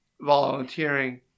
volunteering